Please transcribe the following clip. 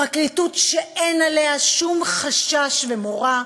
פרקליטות שאין בה שום חשש ומורא,